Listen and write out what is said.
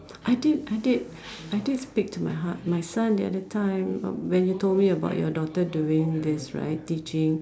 I did I did I did speak to my ha~ my son the other time when you told me about your daughter doing this right teaching